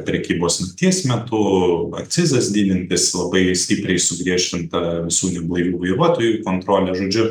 prekybos nakties metu akcizas didintis labai stipriai sugriežtinta su neblaivių vairuotojų kontrolė žodžiu